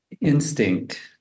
instinct